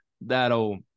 that'll